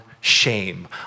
shame